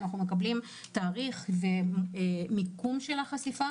אנחנו מקבלים תאריך ומיקום של החשיפה.